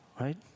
Right